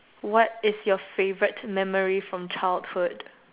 what is your favorite memory from childhood